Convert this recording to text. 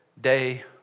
day